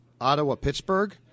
Ottawa-Pittsburgh